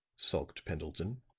sulked pendleton.